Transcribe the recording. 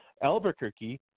Albuquerque